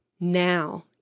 Now